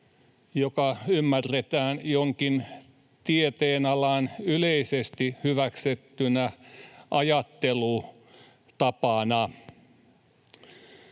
joka ymmärretään jonkin tieteenalan yleisesti hyväksyttynä ajattelutapana.